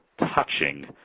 touching